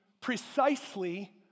precisely